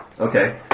Okay